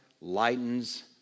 lightens